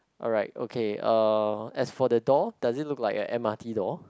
alright okay uh as for the door does it look like a m_r_t door